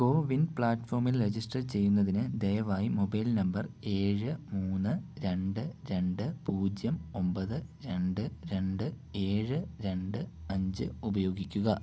കോവിൻ പ്ലാറ്റ്ഫോമിൽ രജിസ്റ്റർ ചെയ്യുന്നതിന് ദയവായി മൊബൈൽ നമ്പർ ഏഴ് മൂന്ന് രണ്ട് രണ്ട് പൂജ്യം ഒമ്പത് രണ്ട് രണ്ട് ഏഴ് രണ്ട് അഞ്ച് ഉപയോഗിക്കുക